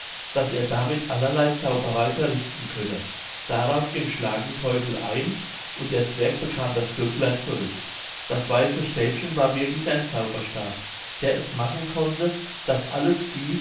daß er damit allerlei zauberei verrichten könne darauf ging schlagenteufel ein und der zwerg bekam das glöcklein zurück das weiße stäbchen war wirklich ein zauberstab der es machen konnte daß alles vieh